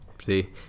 See